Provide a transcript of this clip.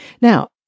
Now